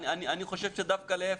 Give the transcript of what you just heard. אני חושב שדווקא להיפך.